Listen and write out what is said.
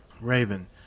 Raven